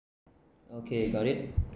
okay got it